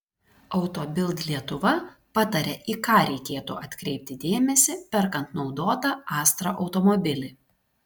auto bild lietuva pataria į ką reikėtų atkreipti dėmesį perkant naudotą astra automobilį